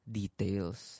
details